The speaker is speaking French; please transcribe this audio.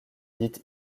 dite